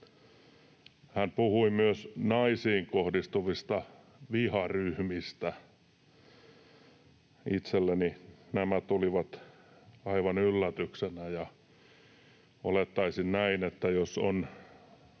Hän puhui myös naisiin kohdistuvista viharyhmistä. Itselleni nämä tulivat aivan yllätyksenä, ja olettaisin näin, että jos on